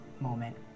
moment